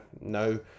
no